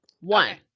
One